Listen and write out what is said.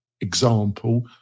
example